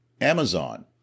Amazon